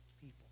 people